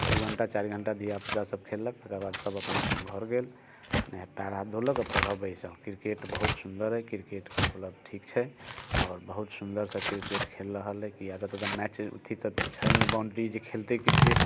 दू घण्टा चारि घण्टा धिआ पूता सब खेललक तेकर बाद सब अपन अपन घर गेल पैर हाथ धोलक आ पढ़ऽ बैस जाउ क्रिकेट बहुत सुन्दर अइ क्रिकेट खेलब ठीक छै आओर बहुत सुन्दरसँ क्रिकेट खेल रहल अइ किआ तऽ मैच अथी तऽ छै नहि बाउंड्री जे खेलतै क्रिकेट